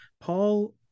Paul